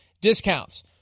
discounts